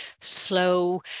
slow